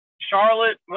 Charlotte